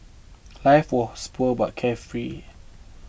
life was poor but carefree